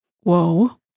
Whoa